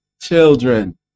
children